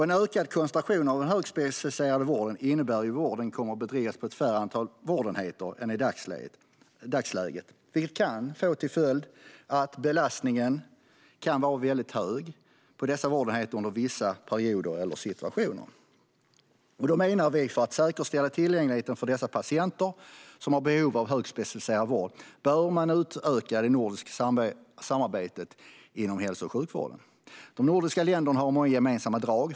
En ökad koncentration av den högspecialiserade vården innebär att vården kommer att bedrivas på ett färre antal vårdenheter än i dagsläget, vilket kan få till följd att belastningen kan vara mycket hög på dessa vårdenheter under vissa perioder eller i vissa situationer. Vi menar att man, för att säkerställa tillgängligheten för dessa patienter som har behov av högspecialiserad vård, bör utöka det nordiska samarbetet inom hälso och sjukvården. De nordiska länderna har många gemensamma drag.